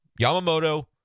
Yamamoto